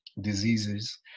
diseases